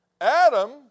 Adam